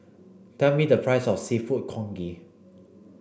tell me the price of Seafood Congee